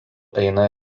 eina